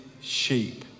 sheep